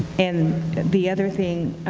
and and the other thing,